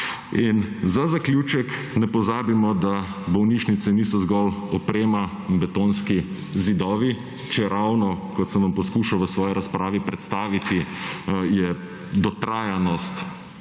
za zaključek, ne pozabimo, da bolnišnice niso zgolj oprema in betonski zidovi, čeravno kot sem vam poskušal v svoji razpravi predstaviti, je dotrajanost